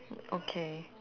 okay